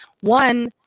one